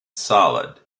solid